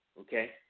okay